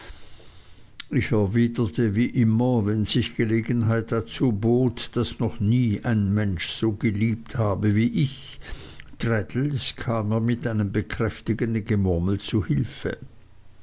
ich erwiderte wie immer wenn sich gelegenheit dazu bot daß noch nie ein mensch so geliebt habe wie ich traddles kam mir mit einem bekräftigenden gemurmel zu hilfe